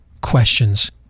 questions